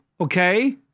Okay